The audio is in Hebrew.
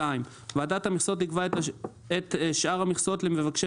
ועדת המכסות תקבע את שאר המכסות למבקשי